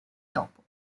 dopo